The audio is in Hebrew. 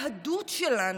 היהדות שלנו,